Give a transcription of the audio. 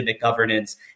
governance